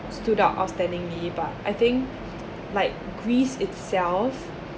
stood out outstandingly but I think like greece itself